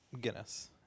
Guinness